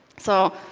so,